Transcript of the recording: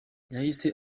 yahise